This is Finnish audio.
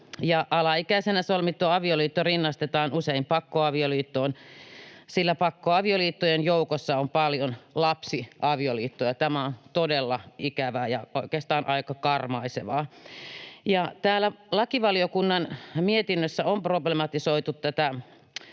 alaikäisenä solmittu avioliitto rinnastetaan usein pakkoavioliittoon, sillä pakkoavioliittojen joukossa on paljon lapsiavioliittoja. Tämä on todella ikävää ja oikeastaan aika karmaisevaa. Täällä lakivaliokunnan mietinnössä on problematisoitu tätä